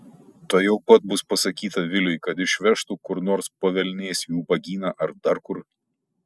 tuojau pat bus pasakyta viliui kad išvežtų kur nors po velniais į ubagyną ar dar kur